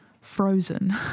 frozen